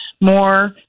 more